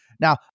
Now